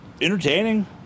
entertaining